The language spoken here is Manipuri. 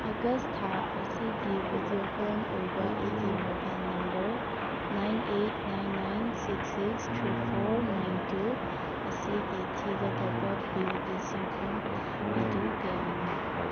ꯑꯥꯒꯁ ꯊꯥ ꯑꯁꯤꯒꯤ ꯚꯤꯗꯤꯑꯣꯀꯣꯟ ꯑꯣꯏꯕ ꯑꯩꯒꯤ mobile number nine eight nine nine six six three four nine two ꯑꯁꯤꯒꯤ ꯊꯤꯒꯗꯕ ꯕꯤꯜꯒꯤ ꯁꯦꯟꯐꯝ ꯑꯗꯨ ꯀꯌꯥꯅꯣ